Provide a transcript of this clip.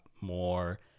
more